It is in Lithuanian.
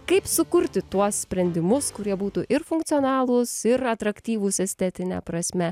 kaip sukurti tuos sprendimus kurie būtų ir funkcionalūs ir atraktyvūs estetine prasme